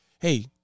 Hey